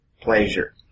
pleasure